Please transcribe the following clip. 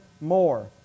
more